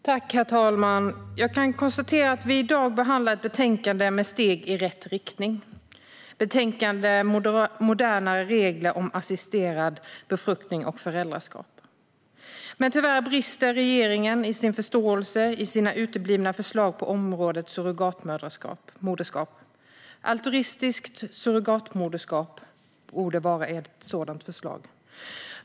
Herr talman! Jag kan konstatera att vi i dag behandlar ett betänkande med steg i rätt riktning, Modernare regler om assisterad befruktning och föräldraskap . Men tyvärr brister regeringen i sin förståelse och med sina uteblivna förslag på området surrogatmoderskap. Altruistiskt surrogatmoderskap borde vara ett förslag.